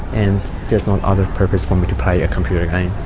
and there is no other purpose for me to play a computer game.